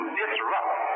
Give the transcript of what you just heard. disrupt